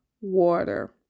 water